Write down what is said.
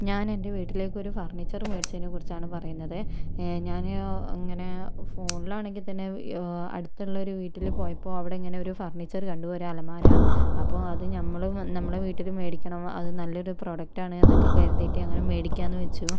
ഞാനെൻ്റെ വീട്ടിലേക്ക് ഒരു ഫർണിച്ചർ മേടിച്ചതിനെ കുറിച്ചാണ് പറയുന്നത് ഞാൻ ഇങ്ങനെ ഫോണിലാണെങ്കിൽ തന്നെ അടുത്തുള്ള ഒരു വീട്ടിൽ പോയപ്പോൾ അവിടെ ഇങ്ങനെ ഒരു ഫർണിച്ചർ കണ്ടു ഒരു അലമാര അപ്പോൾ അത് ഞമ്മൾ നമ്മുടെ വീട്ടിലും മേടിക്കണം അത് നല്ലൊരു പ്രൊഡക്റ്റ് ആണ് എന്നൊക്കെ കരുതിയിട്ട് അങ്ങനെ മേടിക്കാം എന്ന് വെച്ചു